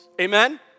Amen